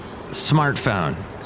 smartphone